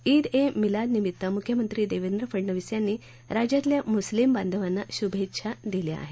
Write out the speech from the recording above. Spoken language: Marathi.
ईद ए मिलादनिमित्त मुख्यमंत्री देवेंद्र फडनवीस यांनी राज्यातल्या मुस्लिम बांधवांना शुभेच्छा दिल्या आहेत